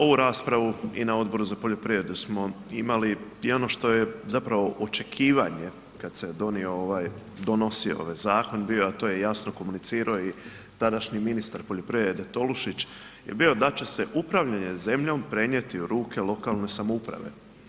Ovu raspravu i na Odboru za poljoprivredu smo imali i ono što je očekivanje kada se donosio ovaj zakon bio, a to je jasno komunicirao i današnji ministar poljoprivrede Tolušić je bio da će se upravljanje zemljom prenijeti u ruke lokalne samouprave.